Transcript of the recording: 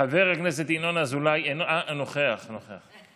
חבר הכנסת ינון אזולאי נוכח, נוכח.